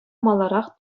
маларах